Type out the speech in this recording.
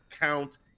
count